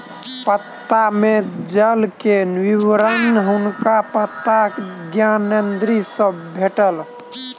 पत्ता में जल के विवरण हुनका पत्ता ज्ञानेंद्री सॅ भेटल